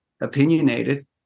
opinionated